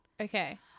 Okay